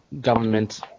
government